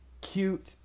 cute